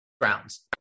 grounds